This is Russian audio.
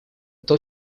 это